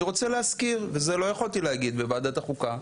אני רוצה להזכיר וזה לא יכולתי להגיד בוועדת החוקה,